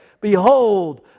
Behold